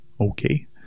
Okay